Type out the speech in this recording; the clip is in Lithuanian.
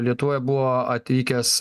lietuvoje buvo atvykęs